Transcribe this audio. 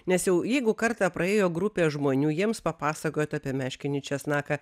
nes jau jeigu kartą praėjo grupė žmonių jiems papasakojot apie meškinį česnaką